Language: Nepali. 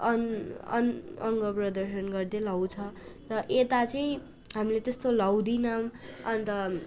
अङ्ग प्रदर्शन गर्दै लाउँछ र यता चाहिँ हामीले त्यस्तो लाउदैनौँ अन्त